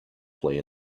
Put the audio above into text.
play